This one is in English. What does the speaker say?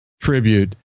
tribute